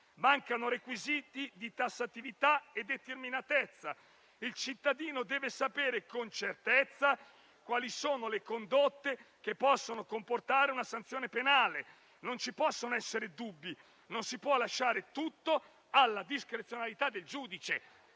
mancano requisiti di tassatività e determinatezza, mentre il cittadino deve sapere con certezza quali sono le condotte che possono comportare una sanzione penale. Non ci possono essere dubbi, non si può lasciare tutto alla discrezionalità del giudice.